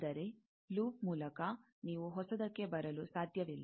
ಅಂದರೆ ಲೂಪ್ ಮೂಲಕ ನೀವು ಹೊಸದಕ್ಕೆ ಬರಲು ಸಾಧ್ಯವಿಲ್ಲ